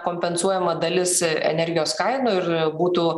kompensuojama dalis energijos kainų ir būtų